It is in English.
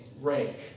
rank